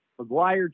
McGuire